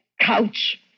couch